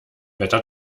wetter